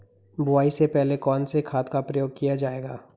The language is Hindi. बुआई से पहले कौन से खाद का प्रयोग किया जायेगा?